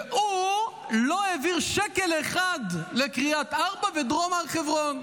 והוא לא העביר שקל אחד לקריית ארבע ודרום הר חברון.